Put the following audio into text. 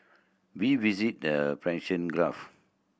we visited the Persian Gulf